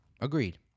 Agreed